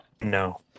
No